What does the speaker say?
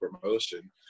promotion